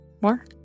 more